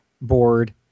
board